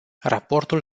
raportul